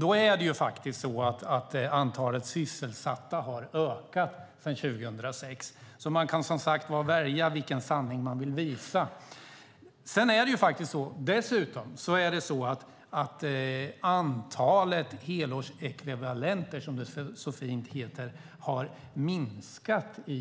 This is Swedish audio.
Då ser man att antalet sysselsatta har ökat sedan 2006. Man kan som sagt välja vilken sanning man vill visa. Dessutom har antalet helårsekvivalenter, som det så fint heter, i